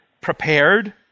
prepared